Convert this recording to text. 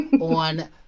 on